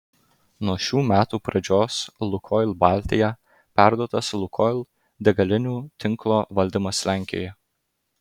nuo šių metų pradžios lukoil baltija perduotas lukoil degalinių tinklo valdymas lenkijoje